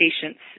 patients